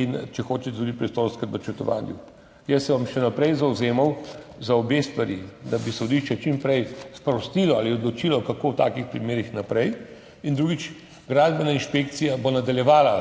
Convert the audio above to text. in, če hočete, tudi pri prostorskem načrtovanju. Jaz se bom še naprej zavzemal za obe stvari, da bi sodišče čim prej sprostilo ali odločilo, kako v takih primerih naprej, in drugič, gradbena inšpekcija bo nadaljevala